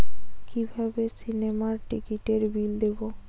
কিভাবে সিনেমার টিকিটের বিল দেবো?